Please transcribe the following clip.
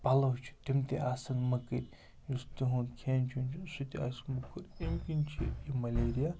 پَلَو چھِ تِم تہِ آسَن مٔکٕرۍ یُس تِہُنٛد کھٮ۪ن چٮ۪ن چھُ سُہ تہِ آسہِ موٚکُر اَمہِ کِنۍ چھِ یہِ ملیریا